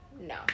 No